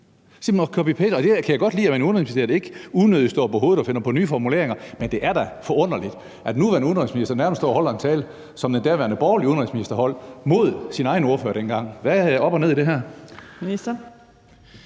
at man i Udenrigsministeriet ikke unødigt står på hovedet og finder på nye formuleringer, men det er da forunderligt, at den nuværende udenrigsminister nærmest står og holder en tale, som den daværende borgerlige udenrigsminister holdt mod Socialdemokratiets egen ordfører dengang.